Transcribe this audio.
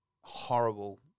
horrible